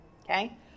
okay